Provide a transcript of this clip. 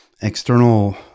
external